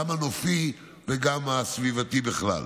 גם הנופי וגם הסביבתי בכלל.